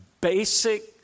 basic